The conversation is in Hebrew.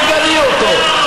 צבועה שכמותך.